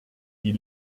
die